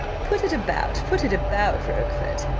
put it about, put it about, rochfort,